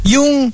Yung